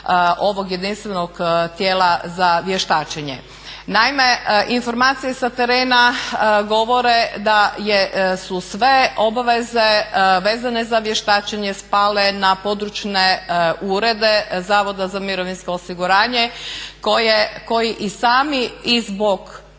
ovog jedinstvenog tijela za vještačenje. Naime, informacije sa terena govore da su sve obveze vezane za vještačenje spale na područne urede Zavoda za mirovinsko osiguranje koji i sami poneki